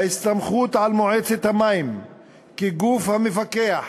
ההסתמכות על מועצת המים כגוף המפקח